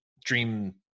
dream